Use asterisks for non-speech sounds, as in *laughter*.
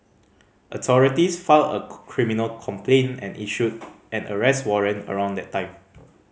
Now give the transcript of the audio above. authorities filed a *unintelligible* criminal complaint and issued an arrest warrant around that time